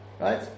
Right